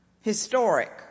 historic